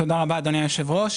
תודה, אדוני היושב-ראש.